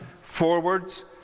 forwards